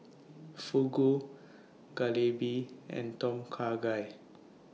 Fugu Jalebi and Tom Kha Gai